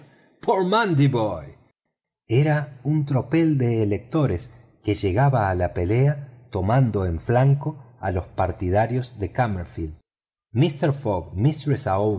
era un tropel de electores que llegaba a la pelea tomando en flanco a los partidarios de kamerfield mister fogg